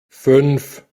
fünf